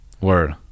Word